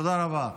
תודה רבה.